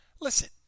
listen